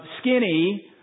skinny